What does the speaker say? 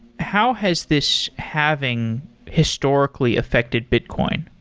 how has this halving historically affected bitcoin?